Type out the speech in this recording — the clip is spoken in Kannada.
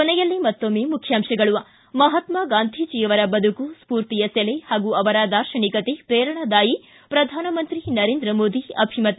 ಕೊನೆಯಲ್ಲಿ ಮತ್ತೊಮ್ಮೆ ಮುಖ್ಯಾಂಶಗಳು ಿ ಮಹಾತ್ನಾ ಗಾಂಧೀಜಿ ಅವರ ಬದುಕು ಸ್ಕೂರ್ತಿಯ ಸೆಲೆ ಹಾಗೂ ಅವರ ದಾರ್ಶನಿಕತೆ ಪ್ರೇರಣಾದಾಯಿ ಪ್ರಧಾನಮಂತ್ರಿ ನರೇಂದ್ರ ಮೋದಿ ಅಭಿಮತ